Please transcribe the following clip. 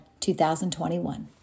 2021